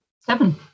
Seven